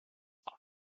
fox